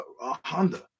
Honda